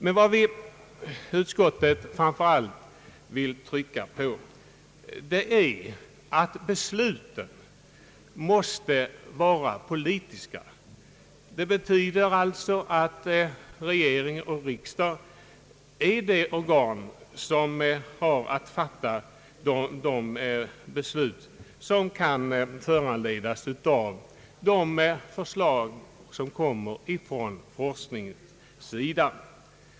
Men vad utskottet framför allt vill trycka på är att besluten måste vara politiska. Det betyder alltså att regering och riksdag är de organ som har att fatta de beslut som kan föranledas av de förslag som kommer från forskningssidan.